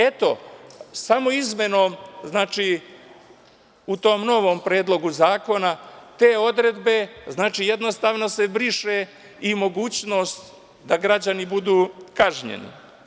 Eto, samo izmenom u tom novom predlogu zakona te odredbe jednostavno se briše i mogućnost da građani budu kažnjeni.